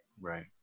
Right